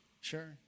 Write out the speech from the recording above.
Sure